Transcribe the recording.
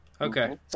Okay